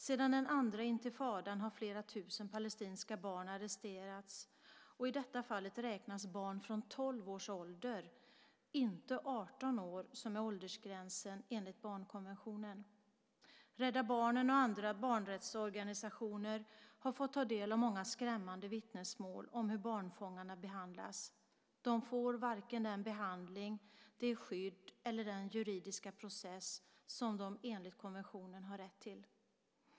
Sedan den andra intifadan har flera tusen palestinska barn arresterats, och i detta fall räknas barn från tolv års ålder som vuxna - inte 18 år, som är åldersgränsen enligt barnkonventionen. Rädda Barnen och andra barnrättsorganisationer har fått ta del av många skrämmande vittnesmål om hur barnfångarna behandlas. De får varken den behandling, det skydd eller den juridiska process som de enligt konventionen har rätt till.